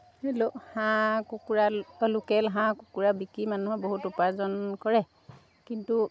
ধৰি লওক হাঁহ কুকুৰা বা লোকেল হাঁহ কুকুৰা বিকি মানুহে বহুত উপাৰ্জন কৰে কিন্তু